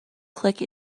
click